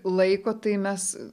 laiko tai mes